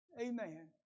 Amen